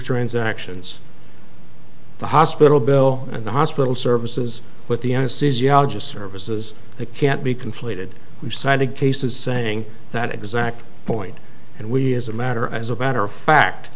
transactions the hospital bill and the hospital services with the anesthesiologist services that can't be conflated you cited cases saying that exact point and we as a matter as a matter of fact